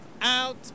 out